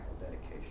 dedication